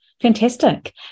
Fantastic